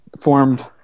formed